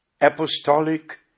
apostolic